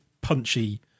punchy